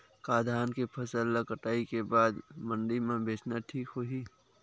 का धान के फसल ल कटाई के बाद मंडी म बेचना ठीक होही?